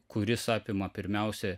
kuris apima pirmiausia